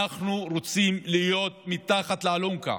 אנחנו רוצים להיות מתחת לאלונקה,